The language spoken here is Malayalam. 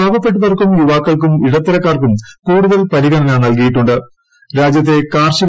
പാവപ്പെട്ടവർക്കും യുവാക്കൾക്കും ഇടത്തരക്കാർക്കും കൂടുതൽ പരിഗണന നൽകിയിട്ടു ്